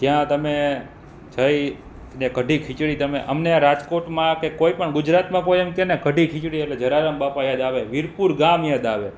જ્યાં તમે જઈ અને કઢી ખીચડી તમે અમને રાજકોટમાં કે કોઈપણ ગુજરાતમાં કોઈ એમ કહે ને કઢી ખીચડી એટલે જલારામ બાપા યાદ આવે વીરપુર ગામ યાદ આવે